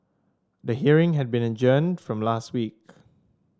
the hearing had been adjourned from last week